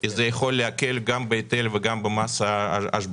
כי זה יכול להקל גם בהיטל וגם במס ההשבחה.